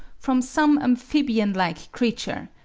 from some amphibian-like creature,